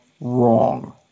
wrong